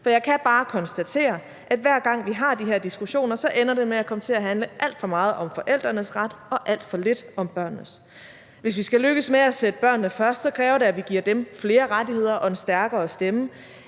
for jeg kan bare konstatere, at hver gang vi har de her diskussioner, ender det med at komme til at handle alt for meget om forældrenes ret og alt for lidt om børnenes. Hvis vi skal lykkes med at sætte børnene først, kræver det, at vi giver dem flere rettigheder og en stærkere stemme,